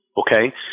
Okay